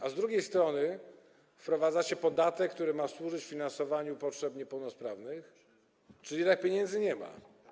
A z drugiej strony wprowadzacie podatek, który ma służyć finansowaniu potrzeb niepełnosprawnych, czyli jednak pieniędzy nie ma.